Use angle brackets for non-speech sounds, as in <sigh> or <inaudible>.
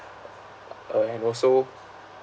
<noise> uh and also